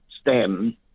stem